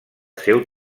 seu